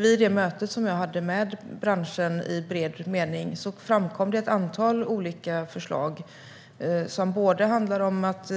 Vid det möte jag hade med branschen i bred mening framkom det ett antal olika förslag som handlar om att